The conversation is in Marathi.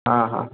हां हां